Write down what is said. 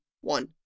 one